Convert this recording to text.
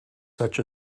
such